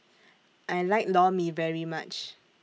I like Lor Mee very much